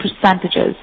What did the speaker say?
percentages